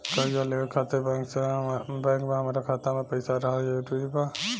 कर्जा लेवे खातिर बैंक मे हमरा खाता मे पईसा रहल जरूरी बा?